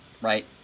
right